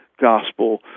gospel